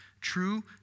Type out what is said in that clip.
True